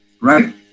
right